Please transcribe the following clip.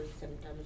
symptoms